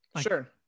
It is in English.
Sure